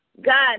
God